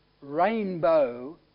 rainbow